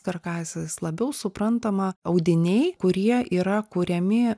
karkasas labiau suprantama audiniai kurie yra kuriami